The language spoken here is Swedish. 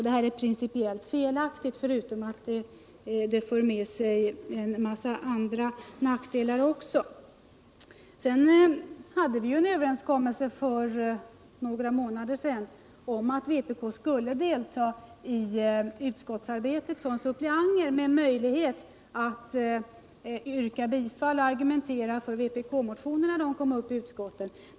Detta är principiellt felaktigt förutom att det för med sig en massa andra nackdelar. Vi hade en överenskommelse för några månader sedan om att vpk skulle delta i utskottsarbetet med suppleanter, som skulle ha möjlighet att yrka bifall till och argumentera för vpk-motioner när dessa kom upp i utskotten.